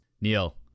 neil